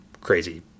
crazy